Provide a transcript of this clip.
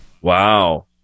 wow